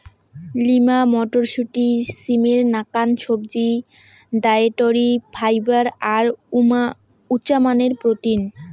lima মটরশুঁটি, সিমের নাকান সবজি, ডায়েটরি ফাইবার আর উচামানের প্রোটিন